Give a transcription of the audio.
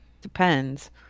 depends